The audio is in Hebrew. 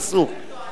אסור.